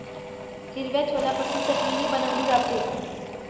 हिरव्या छोल्यापासून चटणीही बनवली जाते